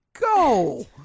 go